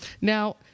Now